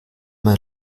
mal